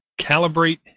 calibrate